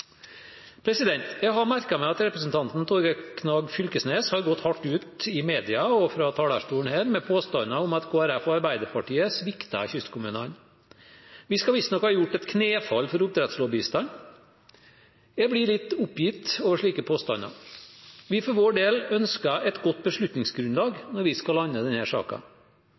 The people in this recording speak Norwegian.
Jeg har merket meg at representanten Torgeir Knag Fylkesnes har gått hardt ut i media – og fra talerstolen her – med påstander om at Kristelig Folkeparti og Arbeiderpartiet svikter kystkommunene. Vi skal visstnok ha gjort et knefall for oppdrettslobbyistene. Jeg blir litt oppgitt over slike påstander. Vi for vår del ønsker et godt beslutningsgrunnlag når vi skal lande